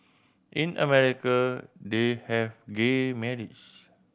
in America they have gay marriage